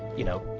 you know,